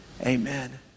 amen